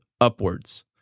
upwards